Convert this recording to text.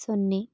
ಸೊನ್ನೆ